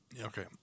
okay